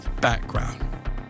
background